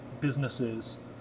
businesses